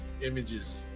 images